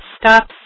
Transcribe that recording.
stop